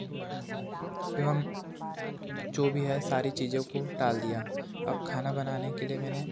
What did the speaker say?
तो हम जो भी है सारी चीज़ों को टाल दिया अब खाना बनाने के लिए मैंने